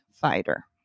fighter